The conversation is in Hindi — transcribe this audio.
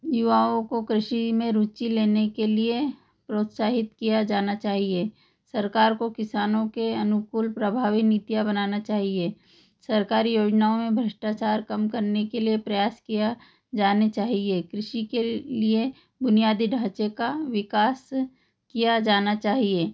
युवाओं को कृषि में रुचि लेने के लिए प्रोत्साहित किया जाना चाहिए सरकार को किसानों के अनुकूल प्रभावी नीतियाँ बनाना चाहिए सरकारी योजनाओं में भ्रष्टाचार कम करने के लिए प्रयास किया जाना चाहिए कृषि के लिए बुनियादी ढांचे का विकास किया जाना चाहिए